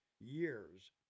years